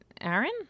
Aaron